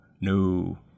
No